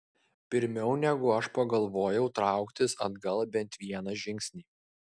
pirmiau negu aš pagalvojau trauktis atgal bent vieną žingsnį